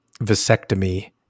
vasectomy